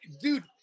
Dude –